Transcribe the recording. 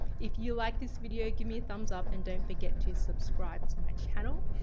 if you like this video, give me a thumbs up and don't forget to subscribe to my channel.